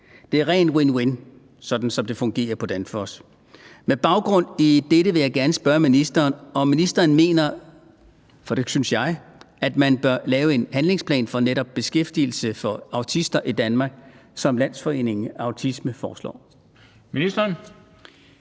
Det er ren win-win, sådan som det fungerer på Danfoss. Med baggrund i det vil jeg gerne spørge ministeren, om ministeren mener – for det synes jeg – at man bør lave en handlingsplan for netop beskæftigelse af autister i Danmark, som Landsforeningen Autisme foreslår. Kl.